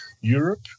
Europe